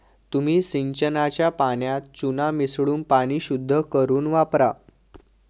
तुम्ही सिंचनाच्या पाण्यात चुना मिसळून पाणी शुद्ध करुन वापरा